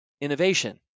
innovation